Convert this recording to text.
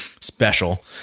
special